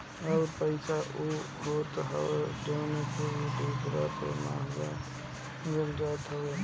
उधार पईसा उ होत हअ जवन की दूसरा से मांगल जात हवे